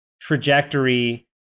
trajectory